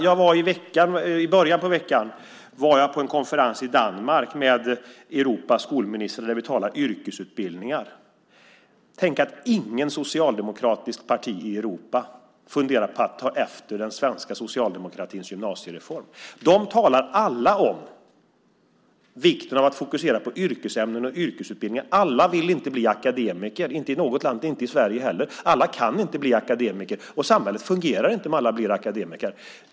Jag var i början på veckan på en konferens i Danmark med Europas skolministrar där vi talade om yrkesutbildningar. Tänk att inget socialdemokratiskt parti i Europa funderar på att ta efter den svenska socialdemokratins gymnasiereform! De talar alla om vikten av att fokusera på yrkesämnen och yrkesutbildningar. Alla vill inte bli akademiker, inte i något land, inte i Sverige heller. Alla kan inte bli akademiker, och samhället fungerar inte om alla blir akademiker.